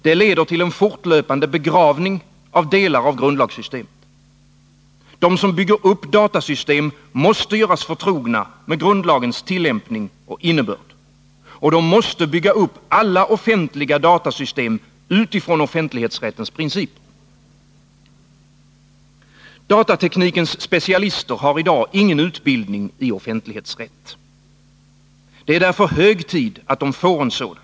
Det leder till en fortlöpande begravning av delar av grundlagssystemet. De som bygger upp datasystem måste göras förtrogna med grundlagens tillämpning och innebörd. De måste bygga upp alla offentliga datasystem utifrån offentlighetsrättens principer. Datateknikens specialister har i dag ingen utbildning i offentlighetsrätt. Det är därför hög tid att de får en sådan.